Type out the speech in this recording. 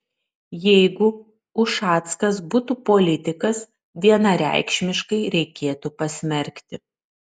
jeigu ušackas būtų politikas vienareikšmiškai reikėtų pasmerkti